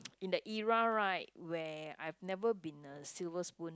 in the era right where I've never been a silver spoon